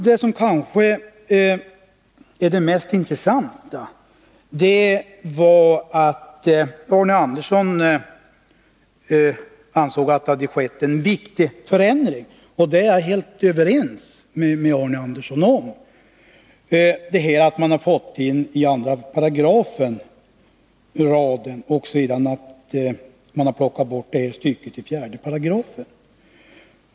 Det kanske mest intressanta är att Arne Andersson ansåg att det hade skett en viktig förändring — och det är jag helt överens med honom om — nämligen att man i 2 § fått in denna rad och att detta stycke tagits bort ur 4 §.